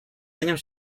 año